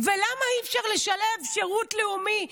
ולמה אי-אפשר לשלב שירות לאומי?